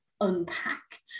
unpacked